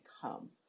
come